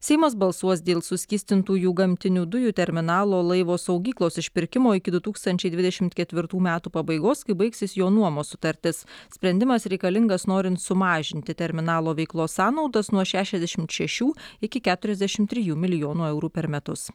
seimas balsuos dėl suskystintųjų gamtinių dujų terminalo laivo saugyklos išpirkimo iki du tūkstančiai dvidešimt ketvirtų metų pabaigos kai baigsis jo nuomos sutartis sprendimas reikalingas norint sumažinti terminalo veiklos sąnaudas nuo šešiasdešimt šešių iki keturiasdešim trijų milijonų eurų per metus